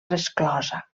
resclosa